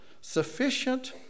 Sufficient